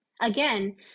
Again